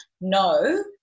No